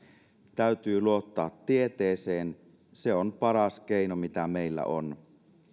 täytyy luottaa tieteeseen se on paras keino mitä meillä on